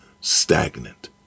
stagnant